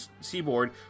seaboard